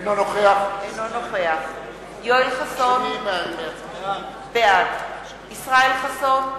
אינו נוכח יואל חסון, בעד ישראל חסון,